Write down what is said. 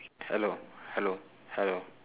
hello hello hello